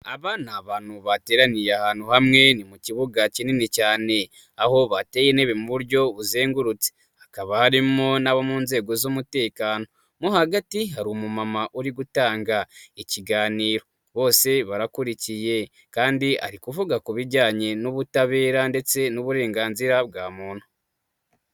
Aba ni abantu bateraniye ahantu hamwe ni mu kibuga kinini cyane, aho bateye intebe mu buryo buzengurutse, hakaba harimo n'abo mu nzego z'umutekano, mo hagati hari umumama uri gutanga ikiganiro, bose barakurikiye kandi ari kuvuga ku bijyanye n'ubutabera ndetse n'uburenganzira bwa muntu.